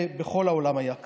בכל העולם זה היה ככה.